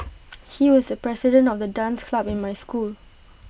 he was the president of the dance club in my school